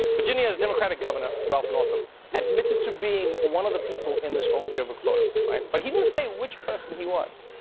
virginia's democratic governor ralph northam admitted to being one of the people in this old yearbook photo, right? but he won't say which person he was.